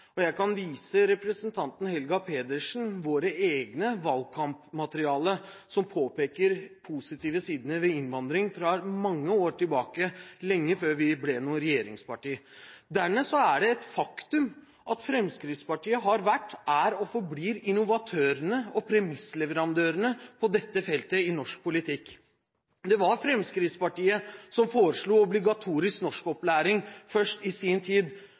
Jeg kan vise representanten Helga Pedersen vårt eget valgkampmateriale som påpeker de positive sidene ved innvandring, fra mange år tilbake – lenge før vi ble et regjeringsparti. Dernest er det et faktum at Fremskrittspartiet har vært, er og forblir innovatøren og premissleverandøren på dette feltet i norsk politikk. Det var Fremskrittspartiet som foreslo obligatorisk norskopplæring først.